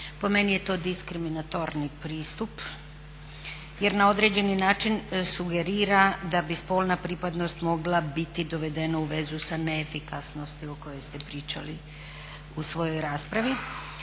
Po meni je to diskriminatorni pristup jer na određeni način sugerira da bi spolna pripadnost mogla biti dovedena u vezu sa neefikasnosti o kojoj ste pričali u svojoj raspravi.